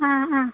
ആ ആ